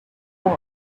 one